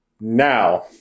Now